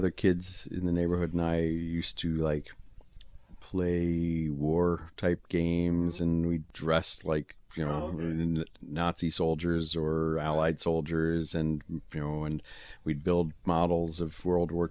other kids in the neighborhood and i used to like play a war type games and we dressed like you know it in nazi soldiers or allied soldiers and you know and we'd build models of world war